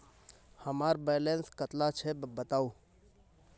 हमार बैलेंस कतला छेबताउ?